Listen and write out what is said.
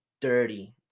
dirty